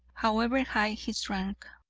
however high his rank.